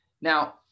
Now